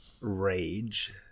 rage